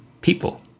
people